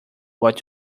what